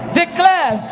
declare